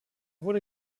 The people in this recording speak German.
wurde